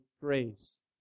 grace